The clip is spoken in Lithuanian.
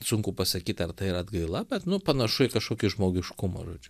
sunku pasakyt ar tai yra atgaila bet nu panašu į kažkokį žmogiškumą žodžiu